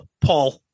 Paul